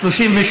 התשע"ז 2016,